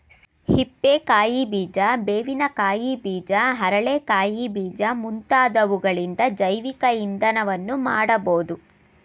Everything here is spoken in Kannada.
ಹಿಪ್ಪೆ ಕಾಯಿ ಬೀಜ, ಬೇವಿನ ಕಾಯಿ ಬೀಜ, ಅರಳೆ ಕಾಯಿ ಬೀಜ ಮುಂತಾದವುಗಳಿಂದ ಜೈವಿಕ ಇಂಧನವನ್ನು ಮಾಡಬೋದು